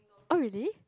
oh really